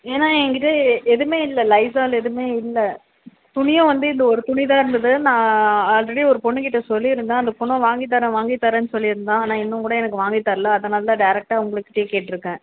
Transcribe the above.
ஏனால் என் கிட்ட எ எதுவுமே இல்லை லைசால் எதுவுமே இல்லை துணியும் வந்து இந்த ஒரு துணி தான் இருந்தது நான் ஆல்ரெடி ஒரு பெண்ணு கிட்ட சொல்லியிருந்தேன் அந்த பொண்ணும் வாங்கித்தரேன் வாங்கித்தரேன் சொல்லிருந்தாள் ஆனால் இன்னும் கூட எனக்கு வாங்கித்தரலை அதனால் தான் டேரக்டாக உங்கள் கிட்டேயே கேட்டிருக்கேன்